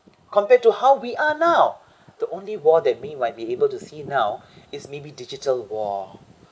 compared to how we are now the only war that we might be able to see now is maybe digital war